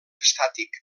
estàtic